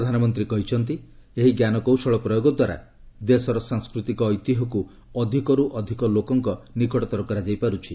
ପ୍ରଧାନମନ୍ତ୍ରୀ କହିଛନ୍ତି ଏହି ଜ୍ଞାନକୌଶଳ ପ୍ରୟୋଗଦ୍ୱାରା ଦେଶର ସାଂସ୍କୃତିକ ଐତିହ୍ୟକୁ ଅଧିକରୁ ଅଧିକ ଲୋକଙ୍କ ନିକଟତର କରାଯାଇପାରୁଛି